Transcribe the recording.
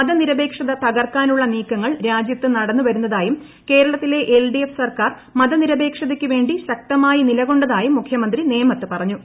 മതനിരപേക്ഷത തകർക്കാനുള്ള നീക്കങ്ങൾ രാജ്യത്ത് നടന്നു വരുന്നതായും കേരളത്തിലെ എൽഡിഎഫ് സർക്കാർ മതനിരപേക്ഷതയ്ക്കു വേണ്ടി ശക്തമായി നിലകൊണ്ടതായും മുഖ്യമന്ത്രി നേമത്ത് പറഞ്ഞു